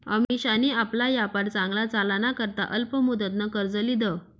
अमिशानी आपला यापार चांगला चालाना करता अल्प मुदतनं कर्ज ल्हिदं